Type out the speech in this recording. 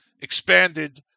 expanded